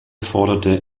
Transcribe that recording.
forderte